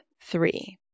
three